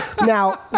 now